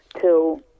till